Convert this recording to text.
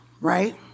right